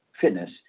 fitness